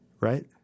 Right